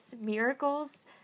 miracles